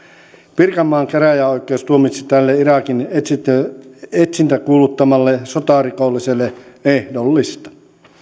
pirkanmaan käräjäoikeus tuomitsi tälle irakin etsintäkuuluttamalle sotarikolliselle ehdollista